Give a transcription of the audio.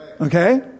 Okay